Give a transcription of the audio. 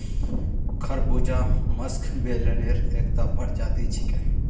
खरबूजा मस्कमेलनेर एकता प्रजाति छिके